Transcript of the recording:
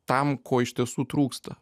tam ko iš tiesų trūksta